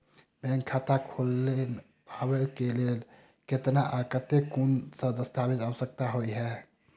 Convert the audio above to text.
Bank खाता खोलबाबै केँ लेल केतना आ केँ कुन सा दस्तावेज केँ आवश्यकता होइ है?